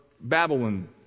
Babylon